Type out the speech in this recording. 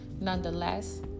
Nonetheless